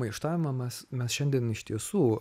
maištavimą mes mes šiandien iš tiesų